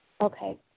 Okay